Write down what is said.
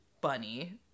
bunny